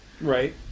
Right